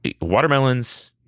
watermelons